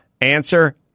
Answer